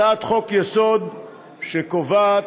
הצעת חוק-יסוד שקובעת: